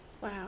Wow